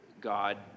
God